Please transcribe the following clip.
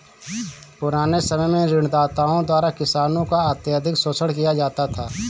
पुराने समय में ऋणदाताओं द्वारा किसानों का अत्यधिक शोषण किया जाता था